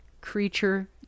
creature